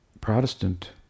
Protestant